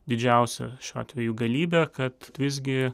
didžiausią šiuo atveju galybę kad visgi